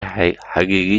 حقیقی